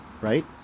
Right